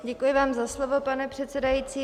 Děkuji vám za slovo, pane předsedající.